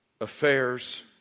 Affairs